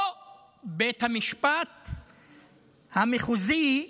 בית המשפט המחוזי,